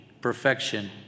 perfection